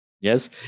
Yes